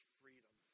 freedom